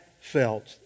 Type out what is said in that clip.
felt